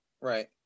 right